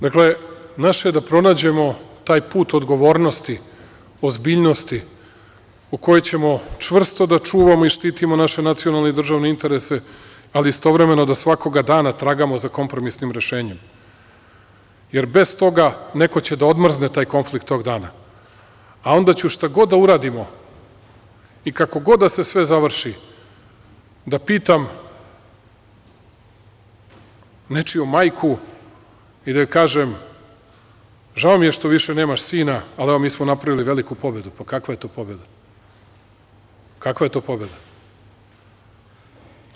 Dakle, naše je da pronađemo taj put odgovornosti, ozbiljnosti u kojoj ćemo čvrsto da čuvamo i štitimo naše nacionalne i državne interese, ali istovremeno da svakoga dana tragamo za kompromisnim rešenjem, jer bez toga neko će da odmrzne taj konflikt tog dana, a onda ću šta god da uradimo i kako god da se sve završi da pitam nečiju majku i da joj kažem – žao mi je što više nemaš sina, ali, evo, mi smo napravili veliku pobedu, pa kakva je to pobeda, kakva je to pobeda?